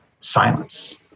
silence